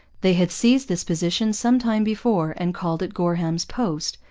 they had seized this position some time before and called it gorham's post,